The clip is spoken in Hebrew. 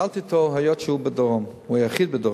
שאלתי אותו, היות שהוא בדרום, הוא היחיד בדרום,